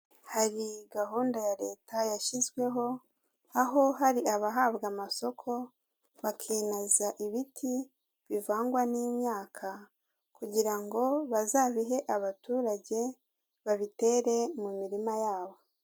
Hari gahunda ya Leta yashyizweho aho hari abahabwa amasoko bakinaza ibiti bivangwa n'imyaka kugira ngo bazabihe abaturage babitere mu mirima yabo.